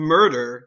Murder